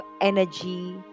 energy